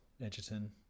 Edgerton